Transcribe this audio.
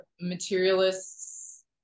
materialists